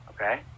Okay